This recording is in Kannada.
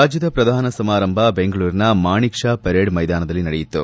ರಾಜ್ಯದ ಪ್ರಧಾನ ಸಮಾರಂಭ ಬೆಂಗಳೂರಿನ ಮಾಣೆಕ್ ಶಾ ಪರೇಡ್ ಮೈದಾನದಲ್ಲಿ ನಡೆಯಿತು